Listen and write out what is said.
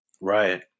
Right